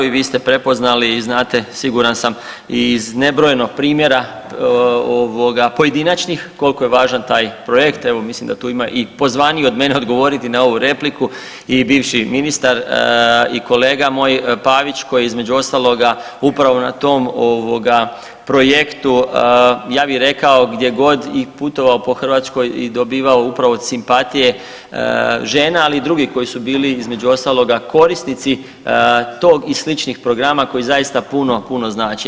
I vi ste prepoznali i znate, siguran sam i iz nebrojeno primjera, pojedinačnih, koliko je važan taj projekt, evo mislim da tu ima i pozvanijih od mene odgovoriti na ovu repliku i bivši ministar i kolega moj Pavić, koji između ostaloga upravo na tom projektu ja bi rekao gdjegod i putovao po Hrvatskoj i dobivao upravo simpatije žena, ali i drugih koji su bili između ostaloga korisnici tog i sličnih programa koji zaista puno, puno znače.